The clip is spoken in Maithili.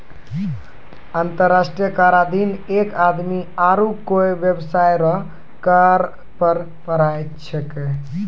अंतर्राष्ट्रीय कराधीन एक आदमी आरू कोय बेबसाय रो कर पर पढ़ाय छैकै